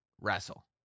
wrestle